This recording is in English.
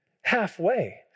Halfway